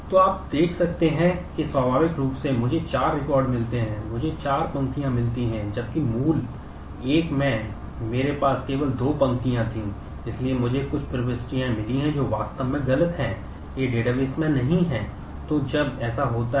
तो आप देख सकते हैं कि स्वाभाविक रूप से मुझे चार रिकॉर्ड नहीं है